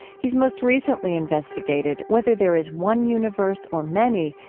he's most recently investigated whether there is one universe or many,